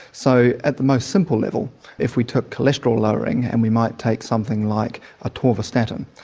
so at the most simple level if we took cholesterol lowering and we might take something like atorvastatin,